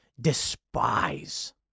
despise